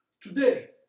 Today